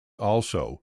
also